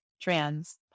trans